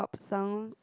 some